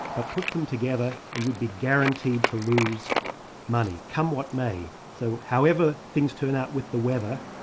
but put them together, and you'd be guaranteed to lose money, come what may. so however things turn out with the weather,